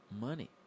money